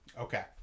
Okay